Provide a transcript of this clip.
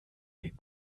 den